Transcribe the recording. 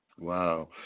Wow